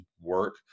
work